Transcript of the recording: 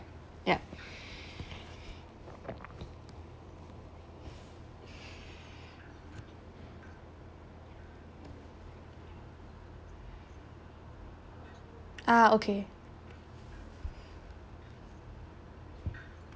yup ah okay